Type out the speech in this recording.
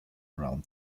around